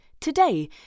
today